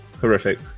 horrific